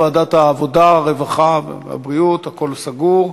ועדת העבודה, הרווחה והבריאות, הכול סגור.